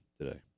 today